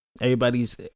Everybody's